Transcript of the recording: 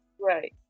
Right